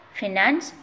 finance